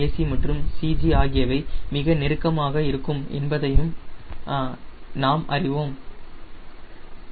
c மற்றும் CG ஆகியவை மிக நெருக்கமாக இருக்கும் என நாம் அறிவோம்